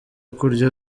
kurya